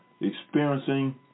experiencing